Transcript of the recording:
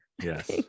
yes